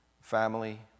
family